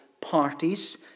parties